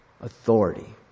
authority